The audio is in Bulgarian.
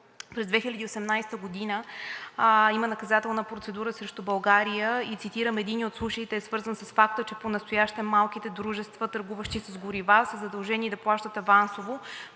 през 2018 г. има наказателна процедура срещу България и цитирам: „Единият от случаите е свързан с факта, че понастоящем малките дружества, търгуващи с горива, са задължени да плащат авансово